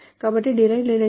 కాబట్టి derived relations